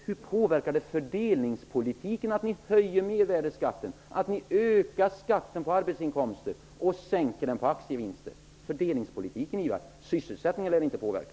Hur påverkar det fördelningspolitiken, Ivar Franzén, när ni höjer mervärdesskatten, ökar skatten på arbetsinkomster och sänker den på aktievinster? Fördelningspolitiken och sysselsättningen lär ni inte påverka.